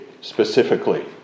specifically